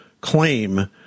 claim